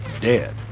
dead